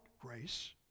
grace